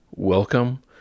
welcome